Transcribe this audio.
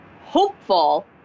hopeful